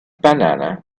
banana